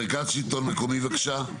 מרכז שלטון מקומי, בבקשה.